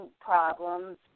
problems